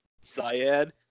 Syed